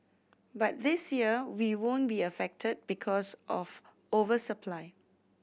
but this year we won't be affected because of over supply